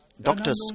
doctor's